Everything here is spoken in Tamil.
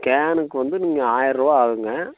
ஸ்கேனுக்கு வந்து நீங்கள் ஆயரரூவா ஆகுங்க